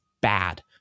bad